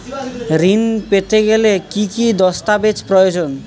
ঋণ পেতে গেলে কি কি দস্তাবেজ প্রয়োজন?